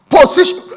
Position